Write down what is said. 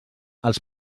els